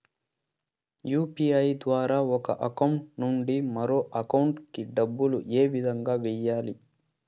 UPI ద్వారా ఒక account నుంచి మరొక అకౌంట్ కి డబ్బులు ఏ విధంగా వెయ్యాలి